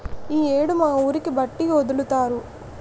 ఈ యేడు మా ఊరికి బట్టి ఒదులుతారు